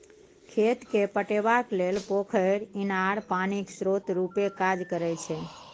खेत केँ पटेबाक लेल पोखरि, इनार पानिक स्रोत रुपे काज करै छै